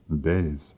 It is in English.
days